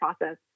process